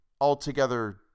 altogether